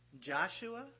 Joshua